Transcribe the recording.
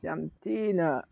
ꯌꯥꯝ ꯊꯤꯅ